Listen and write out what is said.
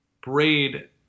Braid